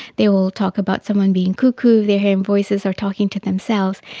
they will talk about someone being coocoo if they are hearing voices or talking to themselves,